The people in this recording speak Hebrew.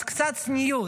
אז קצת צניעות.